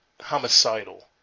homicidal